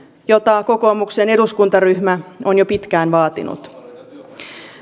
jota kokoomuksen eduskuntaryhmä on jo pitkään vaatinut